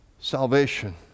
Salvation